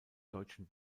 deutschen